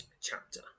Chapter